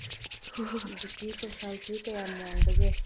ꯚꯤꯀꯤ ꯀꯧꯁꯥꯜꯁꯤ ꯀꯌꯥꯝ ꯋꯥꯡꯕꯒꯦ